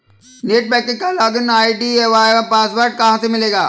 Net banking का login ID एवं password कहाँ से मिलेगा?